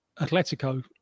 Atletico